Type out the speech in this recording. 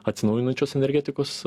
atsinaujinančios energetikos